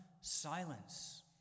silence